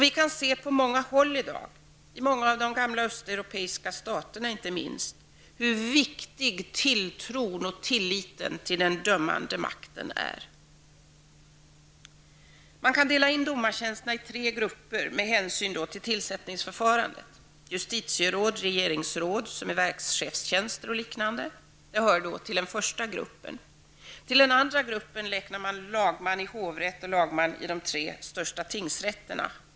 Vi kan se på många håll i dag -- i många av de gamla östeuropeiska staterna inte minst -- hur viktig tilltron och tilliten till den dömande makten är. Man kan dela in domartjänsterna i tre grupper, med hänsyn till tillsättningsförfarandet. Justitieråd och regeringsråd, som är verkschefstjänster och liknande, hör till den första gruppen. Till den andra gruppen räknar man lagman i hovrätt och lagman i de tre största tingsrätterna.